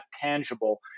tangible